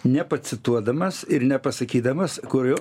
nepacituodamas ir nepasakydamas kurio